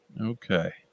Okay